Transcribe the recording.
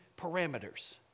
parameters